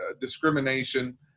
discrimination